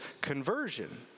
conversion